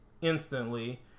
instantly